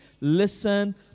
listen